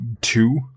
two